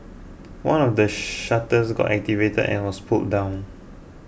one of the shutters got activated and was pulled down